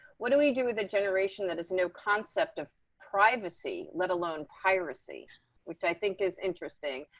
what do we do with a generation that has no concept of privacy, let alone piracy which i think is interesting.